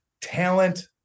talent